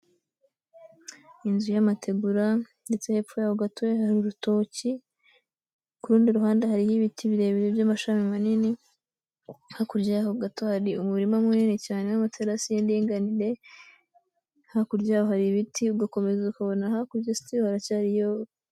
Inzu y'amategura, ndetse hepfo yaho gato hari urutoki . Kurundi ruhande hariho ibiti birebire by'amashami manini. Hakurya yaho gato hari umurima munini cyane n'amaterasi y'indinganire , hakurya hari ibiti ugakomeza ukabona hakurya ste hacyari yo.